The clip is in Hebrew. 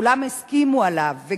שכולם הסכימו עליו,